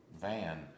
van